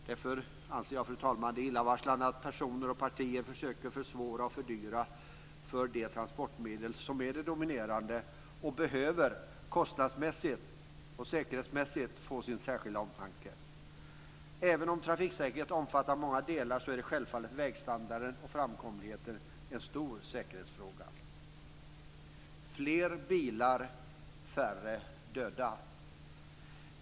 Därför anser jag, fru talman, att det är illavarslande att personer och partier försöker försvåra och fördyra för det transportmedel som är det dominerande och som kostnadsmässigt och säkerhetsmässigt behöver få särskild omtanke. Även om trafiksäkerhet omfattar många delar är självfallet vägstandarden och framkomligheten en stor säkerhetsfråga. Fler bilar betyder färre döda.